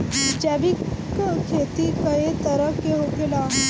जैविक खेती कए तरह के होखेला?